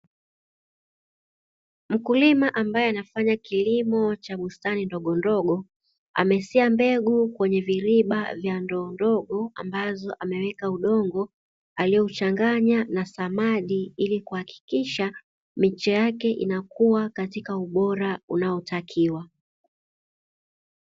Mkulima ambaye anafanya kilimo cha bustani ndogondogo, amesia mbegu katika viriba vya ndoo ndogo, ambavyo ameweka udongo aliouchanganya na samadi ili kuhakikisha miche yake inakua katika ubora unaotakiwa.